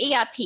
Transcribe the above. ERP